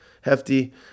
hefty